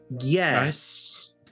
Yes